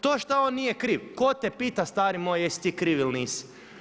To što on nije kriv, ko te pita stari moj jesi ti kriv ili nisi.